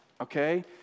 Okay